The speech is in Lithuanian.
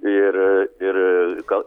ir ir gal